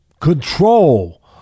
control